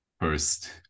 first